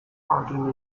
奥地利